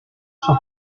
suo